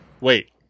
wait